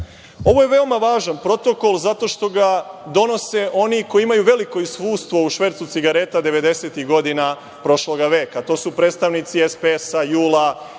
Ovo je veoma važan protokol zato što ga donose oni koji imaju veliku iskustvo u švercu cigareta 90-tih godina prošloga veka, a to su predstavnici SPS, JUL